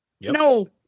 No